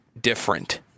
different